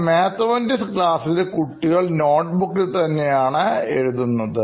എന്നാൽ മാത്തമാറ്റിക്സ് ക്ലാസ്സിൽ കുട്ടികൾ നോട്ട്ബുക്കിൽ തന്നെയാണ് എഴുതുന്നത്